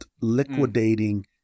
liquidating